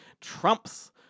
trumps